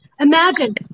Imagine